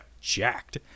jacked